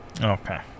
Okay